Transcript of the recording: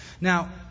Now